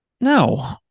No